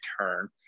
turn